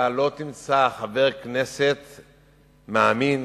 אתה לא תמצא חבר כנסת מאמין,